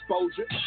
exposure